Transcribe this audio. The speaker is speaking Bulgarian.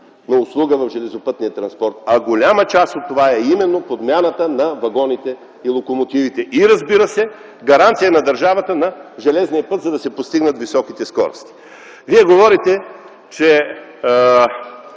на услуга в железопътния транспорт. А голяма част от това е именно подмяната на вагоните и локомотивите. И, разбира се, гаранция на държавата за железния път, за да се постигнат високите скорости. Вие говорите, че,